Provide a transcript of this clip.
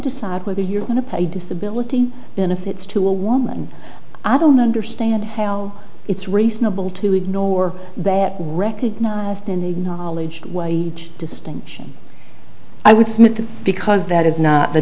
decide whether you're going to pay disability benefits to a woman i don't understand how it's reasonable to ignore that recognized in the knowledge wage distinction i would say because that is not the